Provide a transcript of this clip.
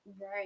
Right